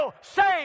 save